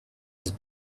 his